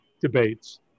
debates